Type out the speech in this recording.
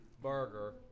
burger